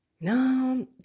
No